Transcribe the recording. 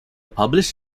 published